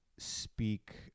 speak